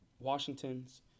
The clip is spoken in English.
Washington's